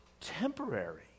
temporary